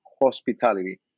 hospitality